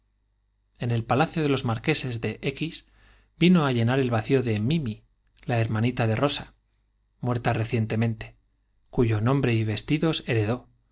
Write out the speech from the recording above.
en el palacio de los marqueses de x vino á llenar el vacío de mimi la hermanita de rosa muerta recien temente cuyo nombre y vestidos heredó